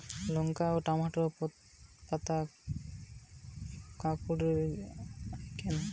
লঙ্কা ও টমেটোর পাতা কুঁকড়ে য়ায় কেন?